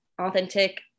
authentic